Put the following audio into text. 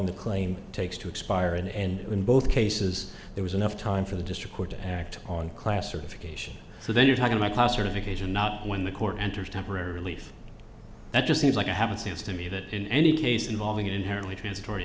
the claim takes to expire and and in both cases there was enough time for the district court to act on classification so then you're talking my classification not when the court enters temporary relief that just seems like a happenstance to me that in any case involving inherently transitory